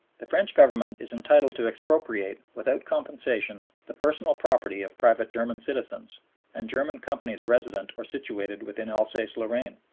the french government is entitled to expropriate without compensation the personal property of private german citizens and german companies resident or situated within alsace-lorraine,